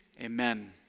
amen